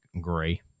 gray